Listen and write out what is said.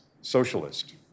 socialist